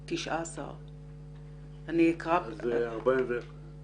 אני אקרא את 19 השמות